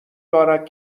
دارد